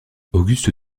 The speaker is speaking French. auguste